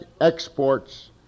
exports